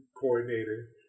coordinator